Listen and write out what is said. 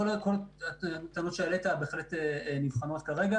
כל הטענות שהעלית בהחלט נבחנות כרגע